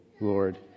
Lord